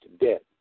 debt